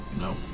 No